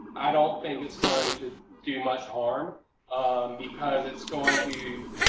i don't think it's going to do much harm um because it's going to,